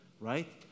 right